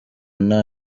nta